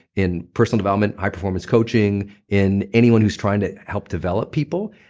in personal development high performance coaching, in anyone who's trying to help develop people,